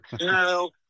No